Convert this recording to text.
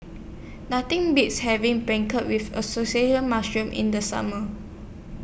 Nothing Beats having Beancurd with Assorted Mushrooms in The Summer